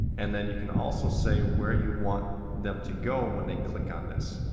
and then you can also say where you want them to go when they click on this.